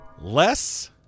Less